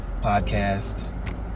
Podcast